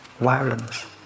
violence